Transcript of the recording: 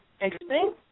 interesting